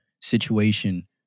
situation